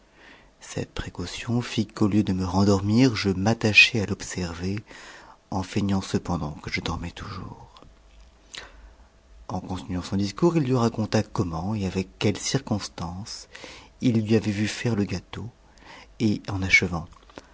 cette précaution t qu'au lieu de me rendormir je m'attachai à l'observer en feignant cependant que je dormais toujours en continuant son discours il lui raconta comment et avec quelles circonstances il lui avait vu faire le gâteau et eu achevant